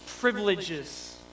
privileges